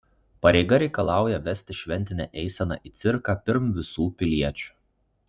pareiga reikalauja vesti šventinę eiseną į cirką pirm visų piliečių